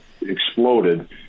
exploded –